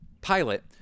pilot